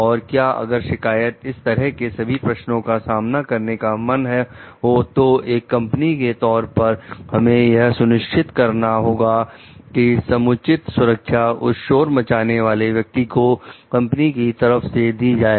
और क्या अगर शिकायत इस तरह के सभी प्रश्नों का सामना करने का मन हो तो एक कंपनी के तौर पर हमें यह सुनिश्चित करना होगा कि समुचित सुरक्षा उस शोर मचाने वाले व्यक्ति को कंपनी की तरफ से दी जाए